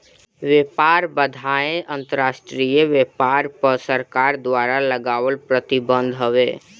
व्यापार बाधाएँ अंतरराष्ट्रीय व्यापार पअ सरकार द्वारा लगावल प्रतिबंध हवे